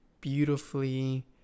beautifully